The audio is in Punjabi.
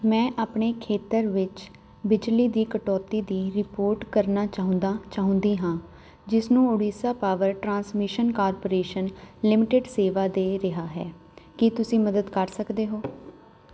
ਮੈਂ ਆਪਣੇ ਖੇਤਰ ਵਿੱਚ ਬਿਜਲੀ ਦੀ ਕਟੌਤੀ ਦੀ ਰਿਪੋਰਟ ਕਰਨਾ ਚਾਹੁੰਦਾ ਚਾਹੁੰਦੀ ਹਾਂ ਜਿਸ ਨੂੰ Odisha power transmission corporation limited ਸੇਵਾ ਦੇ ਰਿਹਾ ਹੈ ਕੀ ਤੁਸੀਂ ਮਦਦ ਕਰ ਸਕਦੇ ਹੋ